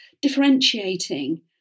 differentiating